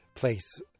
place